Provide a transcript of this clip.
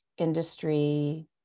Industry